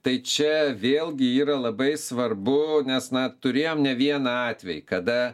tai čia vėlgi yra labai svarbu nes na turėjom ne vieną atvejį kada